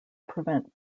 prevent